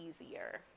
easier